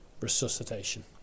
Resuscitation